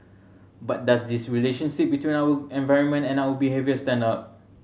but does this relationship between our environment and our behaviour stand up